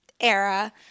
era